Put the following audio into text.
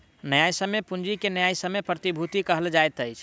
न्यायसम्य पूंजी के न्यायसम्य प्रतिभूति कहल जाइत अछि